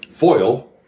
foil